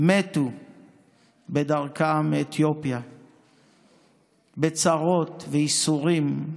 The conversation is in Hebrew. מתו בדרכם מאתיופיה בצרות, בייסורים,